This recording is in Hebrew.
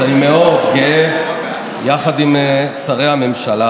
ואני מאוד גאה, יחד עם שרי הממשלה,